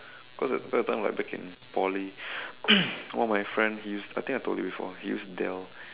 cause that that time like back in Poly one of my friend he used I think I told you before he used Dell